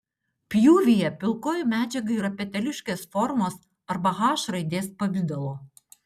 pjūvyje pilkoji medžiaga yra peteliškės formos arba h raidės pavidalo